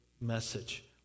Message